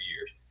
years